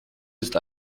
ist